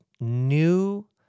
new